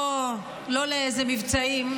לא לאיזה מבצעים,